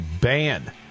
ban